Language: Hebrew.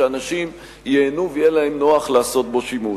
שאנשים ייהנו ויהיה להם נוח לעשות בו שימוש.